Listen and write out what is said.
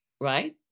right